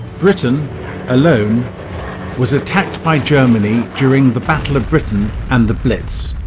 britain alone was attacked by germany during the battle of britain and the blitz,